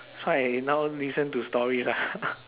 so I now listen to stories ah